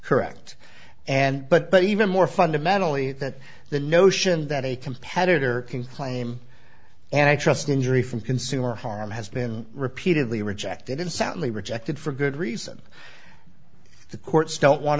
correct and but even more fundamentally that the notion that a competitor can claim and i trust injury from consumer harm has been repeatedly rejected in soundly rejected for good reason the courts don't want